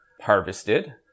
harvested